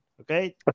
Okay